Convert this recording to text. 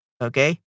Okay